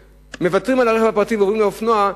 מוותרים על הרכב הפרטי ועוברים לאופנוע,